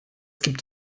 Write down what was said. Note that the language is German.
gibt